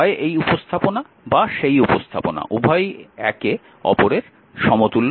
হয় এই উপস্থাপনা বা সেই উপস্থাপনা উভয়ই একে অপরের সমতুল্য